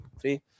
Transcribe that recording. three